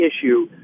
issue